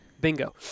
Bingo